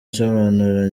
nsobanura